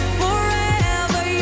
forever